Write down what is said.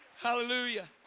Hallelujah